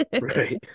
Right